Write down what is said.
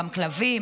גם של כלבים,